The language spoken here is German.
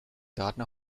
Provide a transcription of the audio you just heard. daten